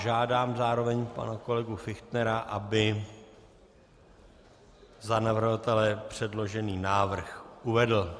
Žádám zároveň pana kolegu Fichtnera, aby za navrhovatele předložený návrh uvedl.